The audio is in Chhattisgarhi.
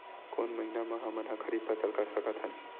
कोन महिना म हमन ह खरीफ फसल कर सकत हन?